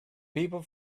people